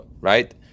Right